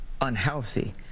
unhealthy